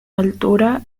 altura